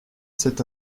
cet